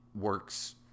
works